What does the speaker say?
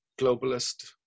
globalist